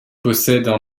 possèdent